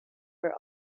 her